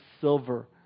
silver